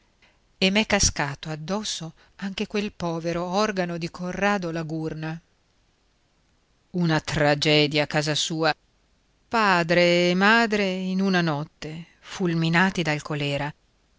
e m'è cascato addosso anche quel povero orfanello di corrado la gurna una tragedia a casa sua padre e madre in una notte fulminati dal colèra